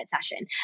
session